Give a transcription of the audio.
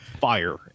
fire